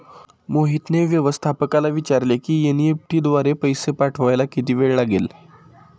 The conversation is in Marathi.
मोहितने व्यवस्थापकाला विचारले की एन.ई.एफ.टी द्वारे पैसे पाठवायला किती वेळ लागेल